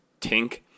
Tink